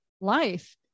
life